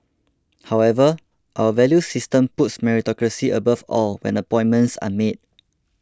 however our value system puts meritocracy above all when appointments are made